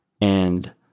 And-